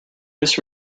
this